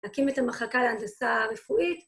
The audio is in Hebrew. ‫להקים את המחלקה להנדסה רפואית.